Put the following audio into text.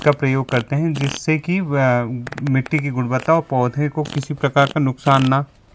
उसका प्रयोग करते हैं जिससे कि मिट्टी की गुणवत्ता और पौधे को किसी प्रकार का नुकसान न